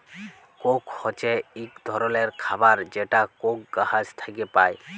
Coke হছে ইক ধরলের খাবার যেটা কোক গাহাচ থ্যাইকে পায়